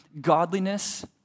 godliness